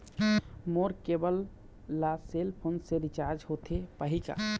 मोर cable ला cell phone से recharge होथे पाही का?